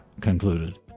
concluded